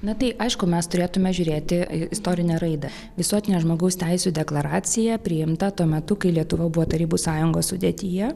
na tai aišku mes turėtume žiūrėti istorinę raidą visuotinė žmogaus teisių deklaracija priimta tuo metu kai lietuva buvo tarybų sąjungos sudėtyje